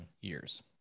years